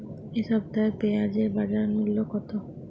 এ সপ্তাহে পেঁয়াজের বাজার মূল্য কত?